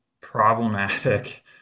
problematic